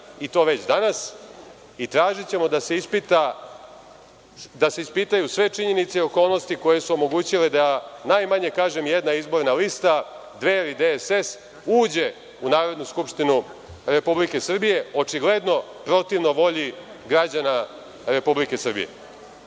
i to već danas i tražićemo da se ispitaju sve činjenice i okolnosti koje su omogućile da najmanje, kažem, jedna izborna lista Dveri-DSS uđe u Narodnu skupštinu Republike Srbije očigledno protivno volji građana Republike Srbije. Mislimo